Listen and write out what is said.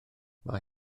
mae